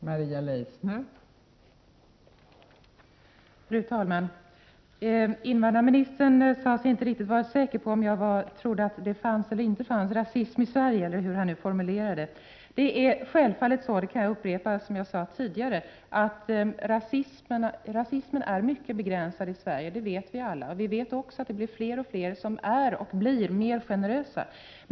Fru talman! Invandrarministern sade sig inte vara säker på huruvida jag trodde det fanns eller inte fanns rasism i Sverige, eller hur han nu formulerade det. Jag kan upprepa det som jag sagt tidigare: att det självfallet är så, att rasismen är mycket begränsad i Sverige. Det vet vi alla. Vi vet också att det är fler som blir alltmer generösa.